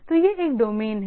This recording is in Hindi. तो यह एक डोमेन है